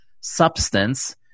substance